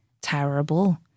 terrible